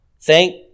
thank